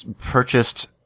purchased